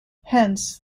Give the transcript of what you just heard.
hence